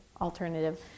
alternative